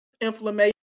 inflammation